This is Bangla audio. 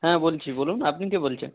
হ্যাঁ বলছি বলুন আপনি কে বলছে